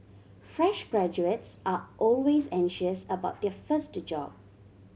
fresh graduates are always anxious about their first job